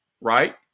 right